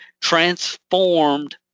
transformed